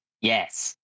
Yes